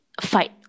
fight